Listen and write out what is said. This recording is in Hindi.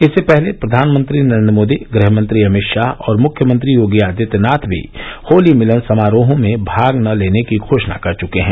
इससे पहले प्रधानमंत्री नरेंद्र मोदी गृह मंत्री अमित शाह और मृख्यमंत्री योगी आदित्यनाथ भी होली मिलन समारोहों में भाग न लेने की घोषणा कर चुके हैं